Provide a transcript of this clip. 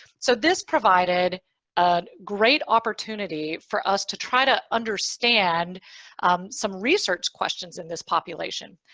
so this provided a great opportunity for us to try to understand some research questions in this population.